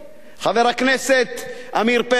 חבר הכנסת עמיר פרץ.